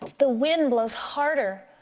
the wind blows harder.